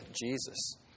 Jesus